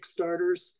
Kickstarters